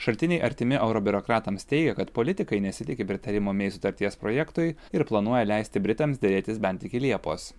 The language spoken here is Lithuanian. šaltiniai artimi euro biurokratams teigia kad politikai nesitiki pritarimo mei sutarties projektui ir planuoja leisti britams derėtis bent iki liepos